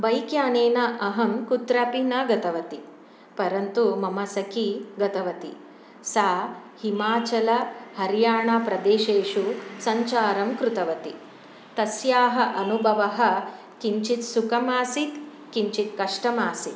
bike यानेन अहं कुत्रापि न गतवती परन्तु मम सखी गतवती सा हिमाचलहरियाणप्रदेशेषु सञ्चारं कृतवती तस्याः अनुभवः किञ्चित् सुखमासीत् किञ्चित् कष्टमासीत्